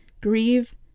grieve